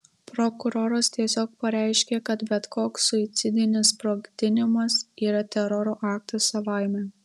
prokuroras tiesiog pareiškė kad bet koks suicidinis sprogdinimas yra teroro aktas savaime